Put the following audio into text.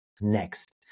next